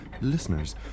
Listeners